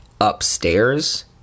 upstairs